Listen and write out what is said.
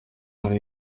muri